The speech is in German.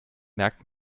merkt